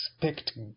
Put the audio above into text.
Expect